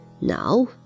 Now